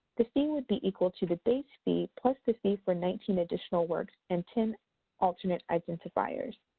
the fee would be equal to the base fee plus the fee for nineteen additional works and ten alternate identifiers.